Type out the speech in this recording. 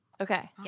okay